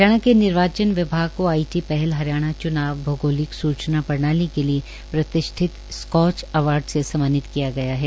हरियाणा के निर्वाचन विभाग को आईटी पहल हरियाणा चुनाव भौगोलिक सूचना प्रणाली के लिए प्रतिष्ठित स्कॉच अवॉर्ड से सम्मानित किया गया है